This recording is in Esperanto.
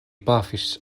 pafis